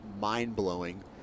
mind-blowing